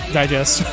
digest